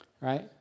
Right